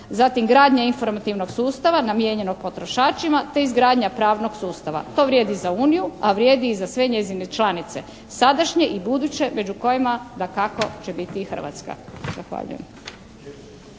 zatim gradnja informativnog sustava namijenjeno potrošačima te izgradnja pravnog sustava. To vrijedi za Uniju, a vrijedi i za sve njezine članice, sadašnje i buduće među kojima dakako će biti i Hrvatska. Zahvaljujem.